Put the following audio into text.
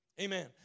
amen